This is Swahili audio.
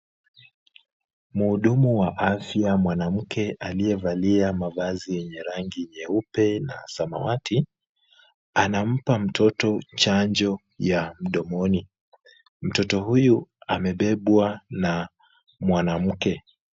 Muhudumu wa afya mwanamke aliyevalia mavazi yenye rangi nyeupe na samawati, anampa mtoto chanjo ya mdomoni. Mtoto huyu amebebwa na mwanamke.